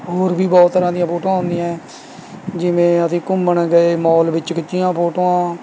ਹੋਰ ਵੀ ਬਹੁਤ ਤਰ੍ਹਾਂ ਦੀਆਂ ਫੋਟੋਆਂ ਹੁੰਦੀਆਂ ਏ ਜਿਵੇਂ ਅਸੀਂ ਘੁੰਮਣ ਗਏ ਮੋਲ ਵਿੱਚ ਖਿੱਚੀਆਂ ਫੋਟੋਆਂ